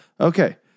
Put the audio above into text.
Okay